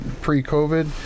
pre-covid